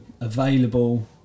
available